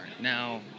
now